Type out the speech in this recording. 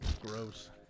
gross